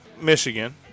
Michigan